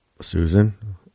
Susan